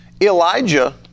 Elijah